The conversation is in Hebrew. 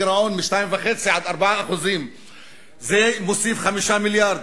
הגירעון מ-2.5% עד 4%. זה מוסיף 5 מיליארד.